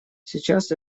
сейчас